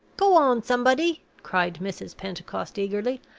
go on, somebody! cried mrs. pentecost, eagerly.